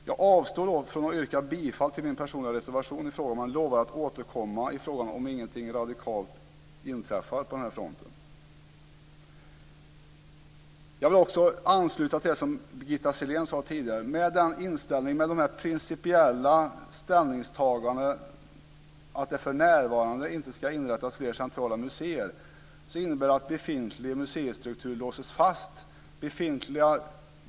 Jag avstår från att yrka bifall till min reservation men lovar att återkomma i frågan om inget radikalt inträffar på den här fronten. Slutligen vill jag ansluta mig till det som Birgitta Sellén tidigare sade. Det principiella ställningstagandet att det för närvarande inte ska inrättas fler centrala museer innebär att befintlig museistruktur låses fast.